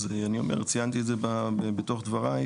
ציינתי את זה בתוך דבריי,